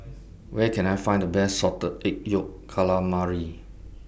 Where Can I Find The Best Salted Egg Yolk Calamari